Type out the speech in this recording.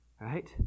Right